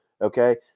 Okay